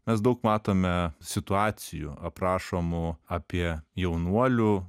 nes daug matome situacijų aprašomų apie jaunuolių